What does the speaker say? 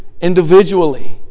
individually